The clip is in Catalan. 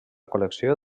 col·lecció